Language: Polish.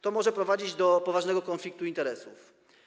To może prowadzić do poważnego konfliktu interesów.